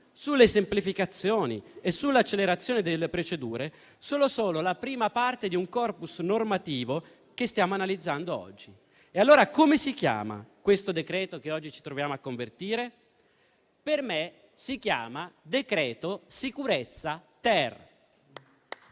sulle semplificazioni e sull'accelerazione delle procedure, sono solo la prima parte di un *corpus* normativo che stiamo analizzando oggi. Come si chiama allora questo decreto-legge che oggi ci troviamo a convertire? Per me si chiama decreto-legge sicurezza-*ter*.